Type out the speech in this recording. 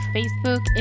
Facebook